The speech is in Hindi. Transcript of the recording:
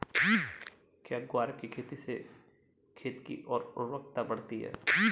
क्या ग्वार की खेती से खेत की ओर उर्वरकता बढ़ती है?